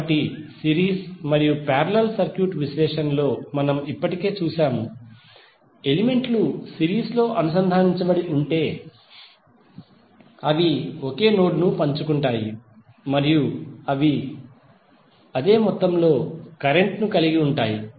కాబట్టి సిరీస్ మరియు parallel circuit విశ్లేషణలో మనం ఇప్పటికే చూశాము ఎలిమెంట్లు సిరీస్ లో అనుసంధానించబడి ఉంటే అవి ఒకే నోడ్ ను పంచుకుంటాయి మరియు అవి అదే మొత్తంలో కరెంట్ ను కలిగి ఉంటాయి